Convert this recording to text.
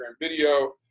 video